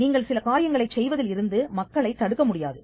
நீங்கள் சில காரியங்களைச் செய்வதில் இருந்து மக்களைத் தடுக்க முடியாது